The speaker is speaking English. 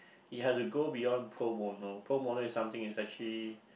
you have to go beyond pro bono pro bono is something is actually